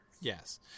Yes